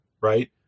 right